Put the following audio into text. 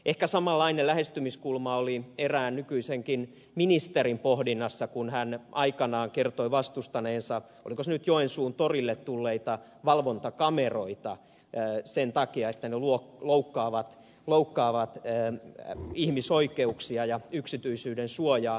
ehkä samanlainen lähestymiskulma oli erään nykyisenkin ministerin pohdinnassa kun hän kertoi aikanaan vastustaneensa oliko se nyt joensuun torille tulleita valvontakameroita sen takia että ne loukkaavat ihmisoikeuksia ja yksityisyyden suojaa